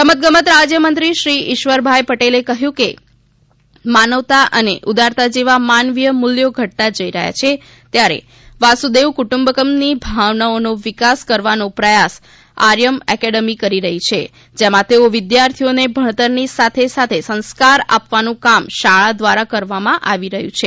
રમતગમત રાજ્યમંત્રીશ્રી ઇશ્વરભાઇ પટેલે કહ્યું કે માનવતા અને ઉદારતા જેવા માનવીય મૂલ્યો ઘટતા જઈ રહ્યા છે ત્યારે વસુદેવ કુટુંમ્બક્મની ભાવનાનો વિકાસ કરવાનો પ્રયાસ આર્યમ એકેડેમી કરી રહી છે જેમાં તેઓ વિદ્યાર્થીઓને ભણતરની સાથે સાથે સંસ્કાર આપવાનું કામ શાળા દ્વારા કરવામાં આવી રહ્યું છે